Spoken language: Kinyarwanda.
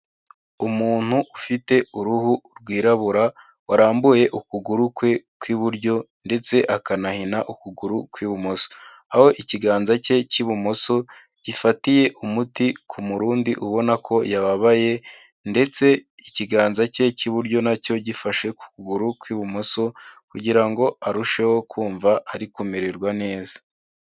Umuntu ufite uruhu rwirabura warambuye ukuguru kwe kw'iburyo ndetse akanahina ukuguru kw'ibumoso, aho ikiganza cye cy'ibumoso gifatiye umuti ku murundi ubona ko yababaye ndetse ikiganza cye cy'iburyo nacyo gifashe ku kuguru kw'ibumoso kugira ngo arusheho kumva ari kumererwa neza.